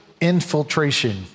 infiltration